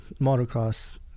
motocross